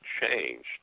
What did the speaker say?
changed